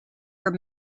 were